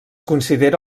considera